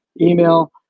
email